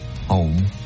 Home